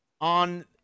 on